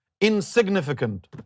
insignificant